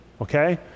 okay